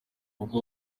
ubwo